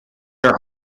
are